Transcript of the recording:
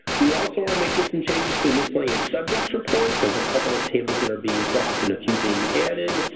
we also are making some changes to the miscellaneous subjects reports. there's a couple of tables and are being dropped and a few being added.